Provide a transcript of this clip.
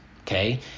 okay